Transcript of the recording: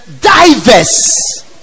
diverse